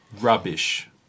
Rubbish